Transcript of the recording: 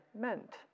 meant